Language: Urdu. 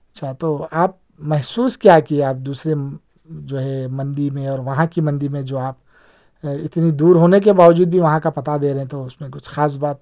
اچھا تو آپ محسوس کیا کئے آپ دوسرے جو ہے مندی میں اور وہاں کی مندی میں جو آپ اتنی دور ہونے کے باوجود بھی وہاں کا پتہ دے رہے ہیں تو اس میں کچھ خاص بات